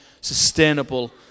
sustainable